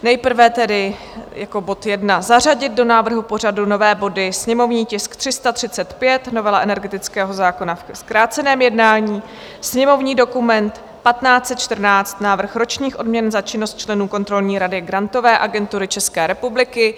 Nejprve tedy jako bod 1 zařadit do návrhu pořadu nové body, sněmovní tisk 335, novela energetického zákona ve zkráceném jednání, sněmovní dokument 1514, návrh ročních odměn za činnost členů Kontrolní rady Grantové agentury České republiky.